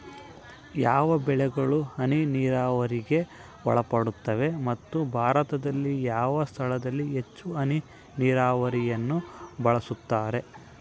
ಯಾವ ಬೆಳೆಗಳು ಹನಿ ನೇರಾವರಿಗೆ ಒಳಪಡುತ್ತವೆ ಮತ್ತು ಭಾರತದಲ್ಲಿ ಯಾವ ಸ್ಥಳದಲ್ಲಿ ಹೆಚ್ಚು ಹನಿ ನೇರಾವರಿಯನ್ನು ಬಳಸುತ್ತಾರೆ?